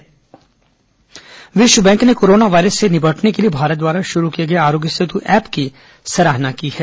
corona Aarogya Setu app विश्व bank ने corona virus से निपटने के लिए भारत द्वारा शुरू किए गए आरोग्य सेत् ऐप की सराहना की है